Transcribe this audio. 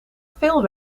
veel